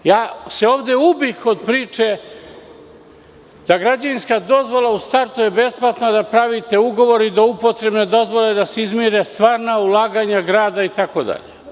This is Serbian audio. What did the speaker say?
Ubih se ovde od priče da je građevinska dozvola u startu besplatna, da pravite ugovor za upotrebne dozvole i da se izmire stvarna ulaganja grada itd.